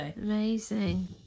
Amazing